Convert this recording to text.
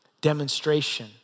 demonstration